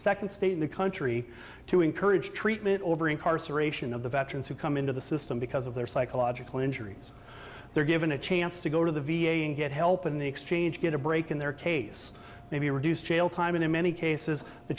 second state in the country to encourage treatment over incarceration of the veterans who come into the system because of their psychological injuries they're given a chance to go to the v a and get help in the exchange get a break in their case maybe reduce jail time in many cases the